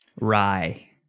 rye